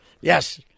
Yes